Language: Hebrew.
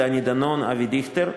דני דנון ואבי דיכטר,